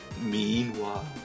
Meanwhile